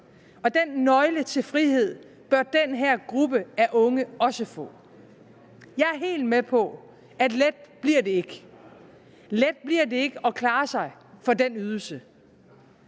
og den nøgle til frihed bør den her gruppe af unge også få. Jeg er helt med på, at let bliver det ikke, let bliver det ikke at klare sig for den ydelse.